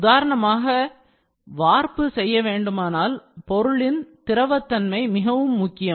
உதாரணமாக வார்ப்பு செய்ய வேண்டுமென்றால் பொருளின் திரவத்தன்மை மிகவும் முக்கியம்